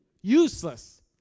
Useless